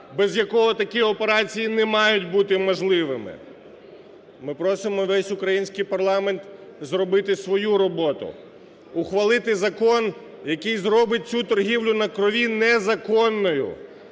без якого такі операції не мають бути можливими. Ми просимо весь український парламент зробити свою роботу: ухвалити закон, який зробить цю торгівлю на крові незаконною.